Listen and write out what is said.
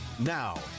Now